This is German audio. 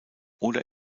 oder